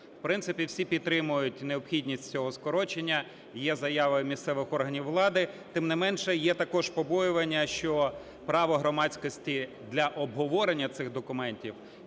В принципі, всі підтримують необхідність цього скорочення. І є заява місцевих органів влади, тим не менше, є також побоювання, що право громадськості для обговорення цих документів